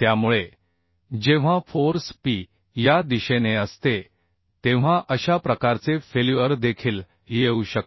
त्यामुळे जेव्हा force P या दिशेने असते तेव्हा अशा प्रकारचे फेल्युअर देखील येऊ शकते